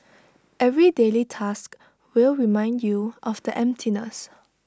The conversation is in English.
every daily task will remind you of the emptiness